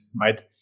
right